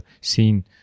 seen